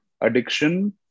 addiction